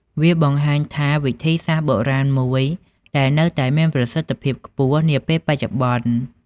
វាបង្ហាញថាវិធីសាស្រ្តបុរាណមួយដែលនៅតែមានប្រសិទ្ធភាពខ្ពស់នាពេលបច្ចុប្បន្ន។